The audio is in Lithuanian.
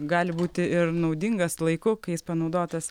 gali būti ir naudingas laiku kai jis panaudotas